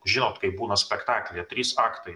žinot kaip būna spektaklyje trys aktai